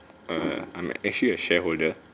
err I'm actually a shareholder